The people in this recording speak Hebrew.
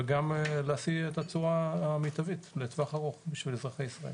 וגם להשיא את התשואה המיטבית לטווח ארוך עבור אזרחי ישראל.